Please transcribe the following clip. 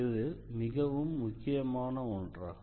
இது மிகவும் முக்கியமான ஒன்றாகும்